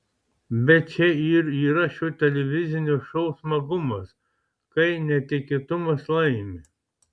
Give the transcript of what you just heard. bet čia ir yra šio televizinio šou smagumas kai netikėtumas laimi